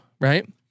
right